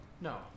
no